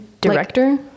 Director